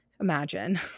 Imagine